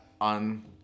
on